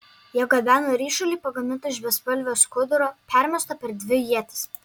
jie gabeno ryšulį pagamintą iš bespalvio skuduro permesto per dvi ietis